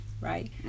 right